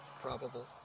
probable